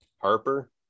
Harper